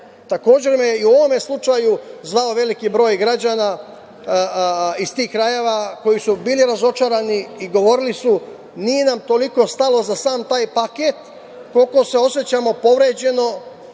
paket. Takođe, i u ovom slučaju me je zvao veliki broj građana iz tih krajeva koji su bili razočarani i govorili su nam – nije nam toliko stalo za sam taj paket, koliko se osećamo povređeno,